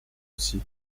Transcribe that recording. aussi